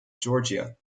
georgia